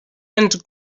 and